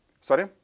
sorry